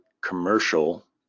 commercial